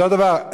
אותו הדבר,